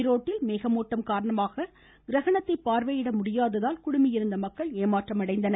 ஈரோட்டில் மேகமூட்டம் காரணமாக கிரகணத்தை பார்வையிட முடியாததால் குழுமியிருந்த மக்கள் ஏமாற்றமடைந்தனர்